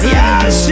Yes